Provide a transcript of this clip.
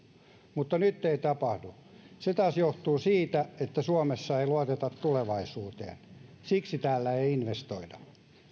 mutta nyt ei tapahdu se taas johtuu siitä että suomessa ei luoteta tulevaisuuteen siksi täällä ei investoida